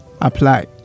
apply